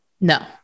No